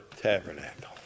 tabernacle